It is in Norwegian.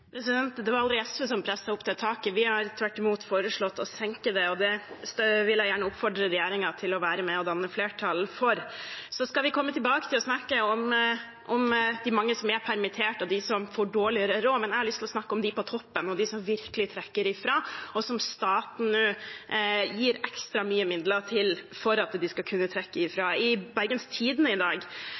Det var aldri SV som presset opp det taket. Vi har tvert imot foreslått å senke det, og jeg vil gjerne oppfordre regjeringspartiene til å være med og danne flertall for det. Vi skal komme tilbake til å snakke om de mange som er permittert, og de som får dårligere råd, men jeg har lyst til å snakke om dem på toppen, de som virkelig trekker ifra, og som staten nå gir ekstra mye midler til, for at de skal kunne trekke ifra. I Bergens Tidende i dag